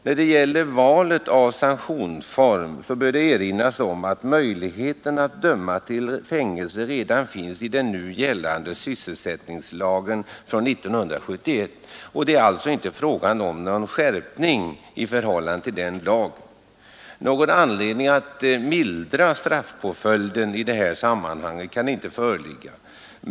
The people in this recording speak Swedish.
När det gäller valet av sanktionsform bör det erinras om att möjligheten att döma till fängelse redan finns i den nu gällande sysselsättningslagen från 1971. Det är alltså inte fråga om någon skärpning i förhållande till den lagen. Någon anledning att mildra straffpåföljden i det här sammanhanget kan inte föreligga.